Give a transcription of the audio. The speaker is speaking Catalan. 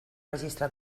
registre